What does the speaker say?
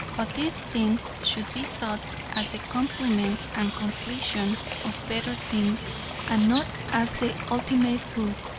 but these things should be sought as the complement and completion of better things and not as the ultimate good,